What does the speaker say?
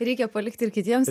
reikia palikti ir kitiems